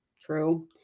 True